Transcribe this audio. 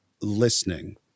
listening